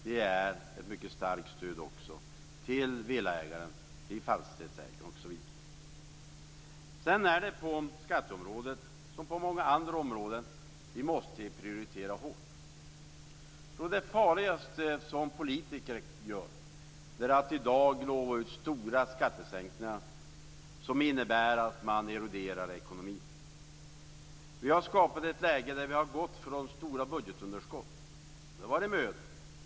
Det är också ett mycket starkt stöd till villaägaren, fastighetsägaren osv. Sedan är det på skatteområdet som på många andra områden. Vi måste prioritera hårt. Jag tror att det farligaste som politiker gör är att i dag lova ut stora skattesänkningar som innebär att man eroderar ekonomin. Vi har skapat ett läge där vi har gått bort från stora budgetunderskott. Det har varit mödosamt.